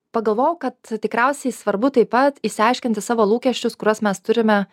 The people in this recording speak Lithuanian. pagalvojau kad tikriausiai svarbu taip pat išsiaiškinti savo lūkesčius kuriuos mes turime